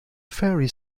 fairly